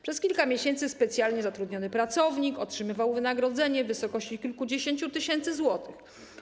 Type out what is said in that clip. Przez kilka miesięcy specjalnie zatrudniony pracownik otrzymywał wynagrodzenie w wysokości kilkudziesięciu tysięcy złotych.